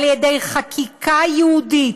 על ידי חקיקה ייעודית,